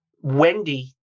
Wendy